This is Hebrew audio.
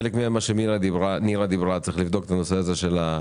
חלק מהם הם מה שנירה שפק אמרה צריך לבדוק את נושא הסימולציות.